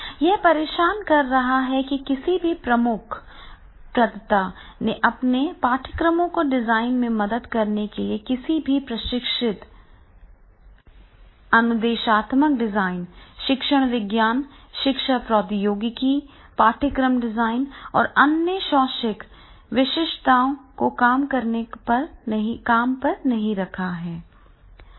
यह परेशान कर रहा है कि किसी भी प्रमुख प्रदाता ने अपने पाठ्यक्रमों के डिजाइन में मदद करने के लिए किसी भी प्रशिक्षित अनुदेशात्मक डिजाइन शिक्षण विज्ञान शिक्षा प्रौद्योगिकी पाठ्यक्रम डिजाइन या अन्य शैक्षिक विशिष्टताओं को काम पर नहीं रखा है